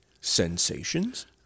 sensations